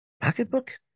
Pocketbook